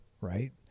right